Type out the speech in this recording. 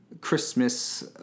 christmas